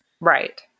Right